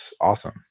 awesome